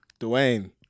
Dwayne